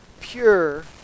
Pure